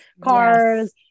cars